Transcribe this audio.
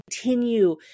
continue